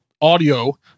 audio